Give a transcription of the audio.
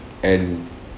and